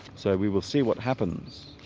so we will see what happens